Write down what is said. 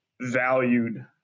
valued